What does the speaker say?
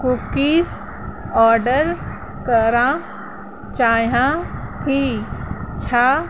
cookies order करा चाहियां थी छा